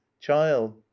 child